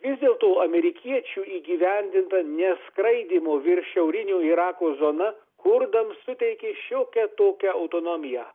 vis dėlto amerikiečių įgyvendinta neskraidymo virš šiaurinio irako zona kurdams suteikė šiokią tokią autonomiją